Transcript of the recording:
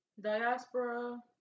diaspora